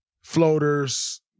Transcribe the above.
floaters